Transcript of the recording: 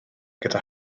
gyda